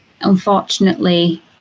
unfortunately